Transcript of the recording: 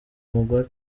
mugore